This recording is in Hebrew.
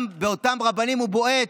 גם באותם רבנים הוא בועט,